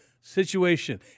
situation